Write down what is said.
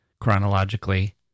chronologically